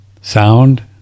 sound